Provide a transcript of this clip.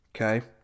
okay